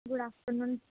good afternoon